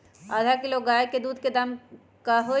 आधा किलो गाय के दूध के का दाम होई?